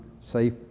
safe